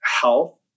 health